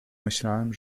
myślałem